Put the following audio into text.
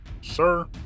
sir